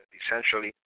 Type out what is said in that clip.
essentially